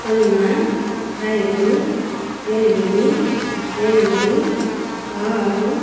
సున్నా ఐదు ఎనిమిది ఎనిమిది ఆరు